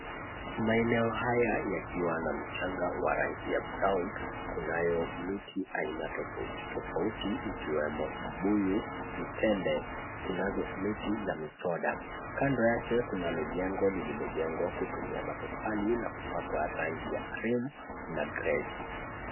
Maeneo haya yakiwa na mchanga wa rangi ya brown . Kunayo miti aina tofauti tofauti ikiwemo mbuyu, mtende kunazo miti za misoda . Kando yake kunalo jengo lililojengwa kutumia matofali na kupakwa rangi ya cream na grey .